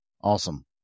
Awesome